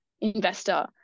investor